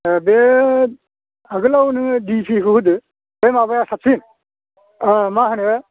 बे आगोलाव नोङो दुइ केजिखौ होदो बे माबाया साबसिन मा होनो